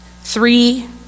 three